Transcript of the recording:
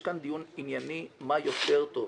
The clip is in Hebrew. יש כאן דיון ענייני מה יותר טוב,